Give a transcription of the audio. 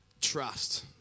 Trust